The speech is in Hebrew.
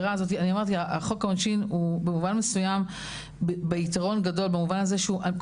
חוק העונשין הוא במובן מסוים ביתרון גדול במובן הזה שכל